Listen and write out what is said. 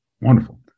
Wonderful